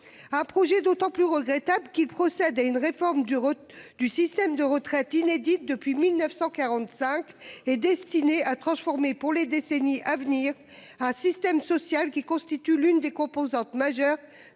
Un projet d'autant plus regrettable, qui procède à une réforme du Route du système de retraites inédite depuis 1945 les destinées à transformer pour les décennies à venir. Un système social qui constitue l'une des composantes majeures